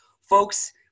Folks